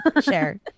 share